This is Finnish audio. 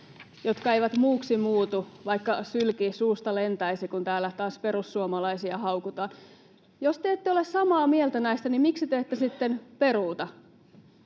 jotka eivät muuksi muutu, vaikka sylki suusta lentäisi, kun täällä taas perussuomalaisia haukutaan. Jos te ette ole samaa mieltä näistä, niin miksi te ette sitten peruuta?